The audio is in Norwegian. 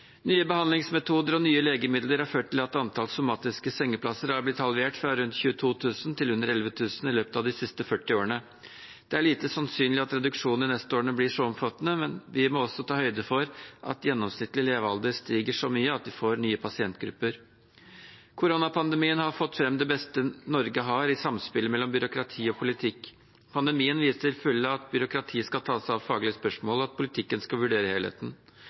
Nye behandlingsmetoder og nye legemidler har ført til at antall somatiske sengeplasser har blitt halvert, fra rundt 22 000 til under 11 000 i løpet av de siste 40 årene. Det er lite sannsynlig at reduksjonen de neste årene blir så omfattende, men vi må også ta høyde for at gjennomsnittlig levealder stiger så mye at vi får nye pasientgrupper. Koronapandemien har fått fram det beste Norge har i samspillet mellom byråkrati og politikk. Pandemien viser til fulle at byråkratiet skal ta seg av faglige spørsmål, og at politikken skal vurdere helheten.